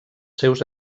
seus